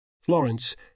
Florence